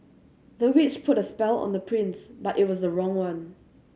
the witch put a spell on the prince but it was the wrong one